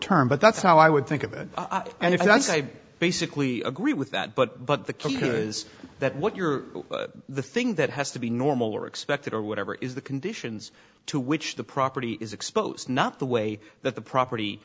term but that's how i would think of it and if i say basically agree with that but but the key here is that what you're the thing that has to be normal or expected or whatever is the conditions to which the property is exposed not the way that the property